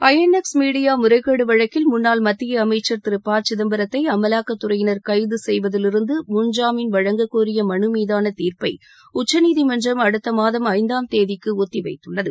ஐ N X media முறைகேடு வழக்கில் முன்னாள் மத்திய அமைச்சர் திரு ப சிதம்பரத்தை அமலாக்கத்துறையினர் கைது செய்வதிலிருந்து முன்ஜாமீன் வழங்க கோரிய மனு மீதான தீர்ப்பை உச்சநீதிமன்றம் அடுத்த மாதம் ஐந்தாம் தேதிக்கு ஒத்தி வைத்துள்ளது